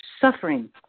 suffering